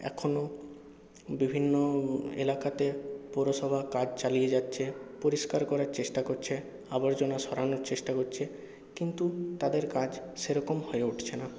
এখনও বিভিন্ন এলাকাতে পুরসভা কাজ চালিয়ে যাচ্ছে পরিষ্কার করার চেষ্টা করছে আবর্জনা সরানোর চেষ্টা করছে কিন্তু তাদের কাজ সে রকম হয়ে উঠছে না